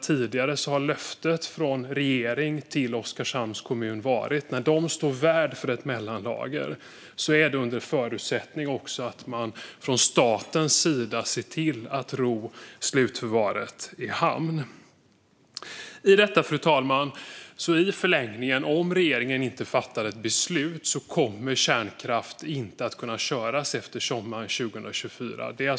Tidigare har löftet från regeringen till Oskarshamns kommun varit att Oskarshamn står värd för ett mellanlager under förutsättning att man från statens sida ser till att ro slutförvaret i hamn. I förlängningen, fru talman, kommer kärnkraft inte att kunna köras efter sommaren 2024 om regeringen inte fattar ett beslut.